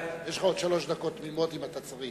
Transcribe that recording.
יש לך עוד שלוש דקות תמימות, אם אתה צריך.